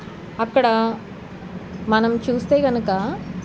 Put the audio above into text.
అక్కడ మనం చూస్తే కనుక